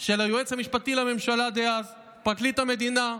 של היועץ המשפטי לממשלה דאז, פרקליט המדינה,